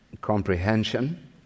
comprehension